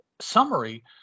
summary